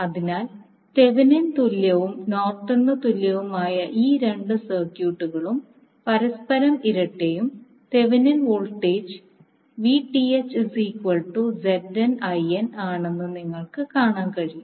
അതിനാൽ തെവെനിന് തുല്യവും നോർട്ടണിന് തുല്യവുമായ ഈ രണ്ട് സർക്യൂട്ടുകളും പരസ്പരം ഇരട്ടയും തെവെനിൻ വോൾട്ടേജ് ആണെന്ന് നിങ്ങൾക്ക് കാണാൻ കഴിയും